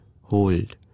hold